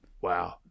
wow